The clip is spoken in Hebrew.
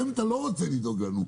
גם אם אתה לא רוצה לדאוג לנו,